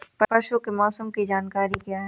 परसों के मौसम की जानकारी क्या है?